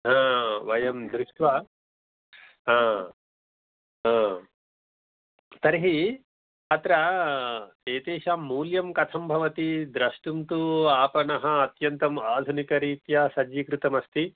वयं दृष्ट्वा तर्हि अत्र एतेषां मूल्यं कथं भवति द्रष्टुं तु आपणम् अत्यन्तम् आधुनिकरीत्या सज्जीकृतमस्ति